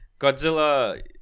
Godzilla